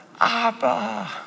Abba